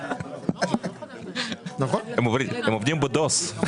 הם עובדים ב-דוס.